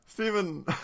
Stephen